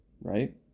right